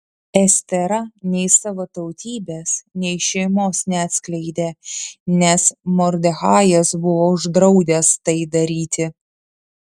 estera nei savo tautybės nei šeimos neatskleidė nes mordechajas buvo uždraudęs tai daryti